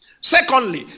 Secondly